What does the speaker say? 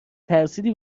ترسیدی